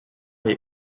les